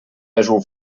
pèsol